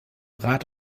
rat